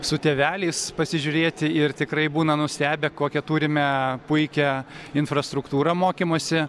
su tėveliais pasižiūrėti ir tikrai būna nustebę kokią turime puikią infrastruktūrą mokymosi